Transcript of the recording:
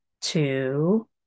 two